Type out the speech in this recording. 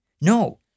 No